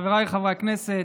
חבריי חברי הכנסת,